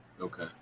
Okay